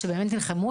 שבאמת נלחמו,